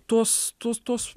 tuos tus tus